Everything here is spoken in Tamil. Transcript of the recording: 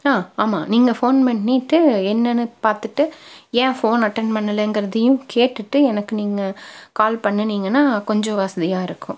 ஆமாம் நீங்கள் ஃபோன் பண்ணிட்டு என்னனு பார்த்துட்டு ஏன் ஃபோன் அட்டன் பண்ணலங்கிறதையும் கேட்டுட்டு எனக்கு நீங்கள் கால் பண்ணுனீங்கனா கொஞ்சம் வசதியாக இருக்கும்